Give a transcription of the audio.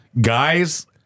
Guys